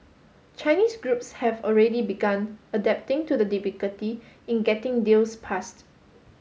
Chinese groups have already begun adapting to the difficulty in getting deals passed